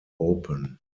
open